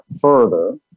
further